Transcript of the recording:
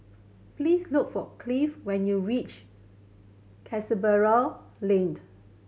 please look for Cliff when you reach Canberra